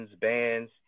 bands